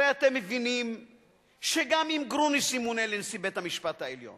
הרי אתם מבינים שגם אם גרוניס ימונה לנשיא בית-המשפט העליון,